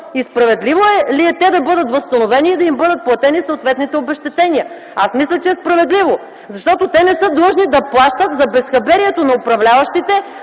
Справедливо ли е те да бъдат възстановени и да им бъдат платени съответните обезщетения? Аз мисля, че е справедливо, защото те не са длъжни да плащат за безхаберието на управляващите,